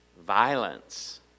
violence